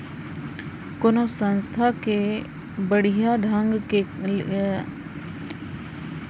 कोनो संस्था के बड़िहा ढंग ले काम बूता के करे ले सरकार कोती ले बरोबर अनुदान मिलथे जेन ह समाज के बिकास बर बने होथे